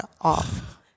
off